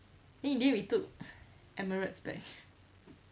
then in the end we took emirates back